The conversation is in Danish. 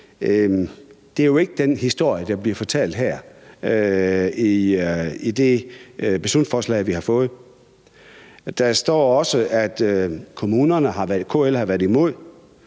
jo ikke den historie, der bliver fortalt her i det beslutningsforslag, som vi har fået. Der står også, at KL har været imod